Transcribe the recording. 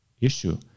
issue